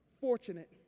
fortunate